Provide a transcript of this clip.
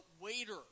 waiter